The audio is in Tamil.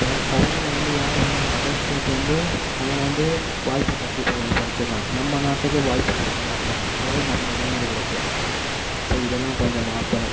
வ சவாலில் வந்து யார் வர்றா அதர் ஸ்டேட் வந்து அவன் வந்து வாய்ப்பை தட்டிப் ப பறிச்சுட்றான் நம்ம நாட்டுக்கு வாய்ப்பை கொடுக்கமாட்றாங்க அதாவது நம்ம இளைஞர்களுக்கு ஸோ இதெலாம் கொஞ்சம் மாற்றணும்